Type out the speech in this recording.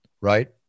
right